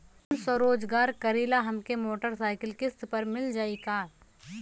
हम स्वरोजगार करीला हमके मोटर साईकिल किस्त पर मिल जाई का?